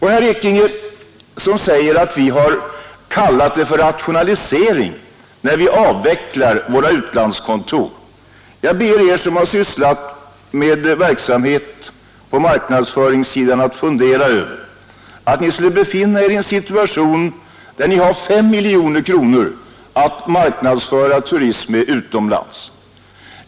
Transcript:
Herr Ekinge säger att vi har kallat det för rationalisering när vi avvecklar våra utlandskontor. Jag ber er som har sysslat med verksamhet på marknadsföringssidan att tänka er att ni skulle befinna er i situationen att ha 5 miljoner kronor för att marknadsföra turism utomlands.